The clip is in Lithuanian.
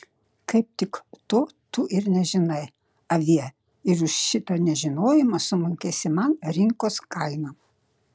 kaip tik to tu ir nežinai avie ir už šitą nežinojimą sumokėsi man rinkos kainą